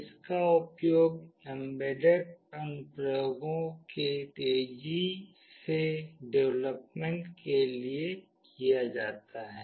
इसका उपयोग एम्बेडेड अनुप्रयोगों के तेजी सेडेवलपमेंट के लिए किया जाता है